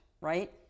right